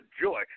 joy